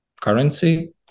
currency